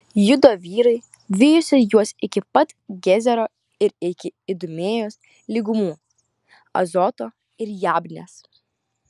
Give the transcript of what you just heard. judo vyrai vijosi juos iki pat gezero ir iki idumėjos lygumų azoto ir jabnės